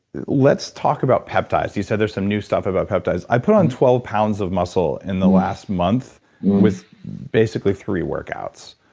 let's talk about peptides. you said there's some new stuff about peptides. i put on twelve pounds of muscle in the last month with basically three workouts,